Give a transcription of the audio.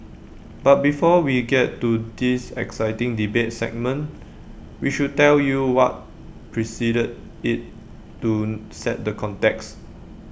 but before we get to this exciting debate segment we should tell you what preceded IT to set the context